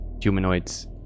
humanoids